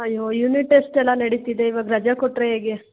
ಅಯ್ಯೋ unit test ಎಲ್ಲ ನಡೀತಿದೆ ಇವಾಗ ರಜಾ ಕೊಟ್ಟರೆ ಹೇಗೆ